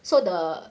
so the